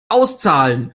auszahlen